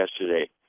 yesterday